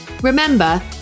Remember